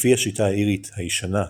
לפי השיטה האירית הישנה,